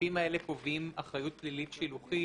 הסעיפים האלה קובעים אחריות פלילית שילוחית,